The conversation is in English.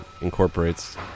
incorporates